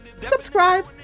subscribe